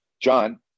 John